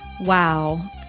Wow